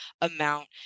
amount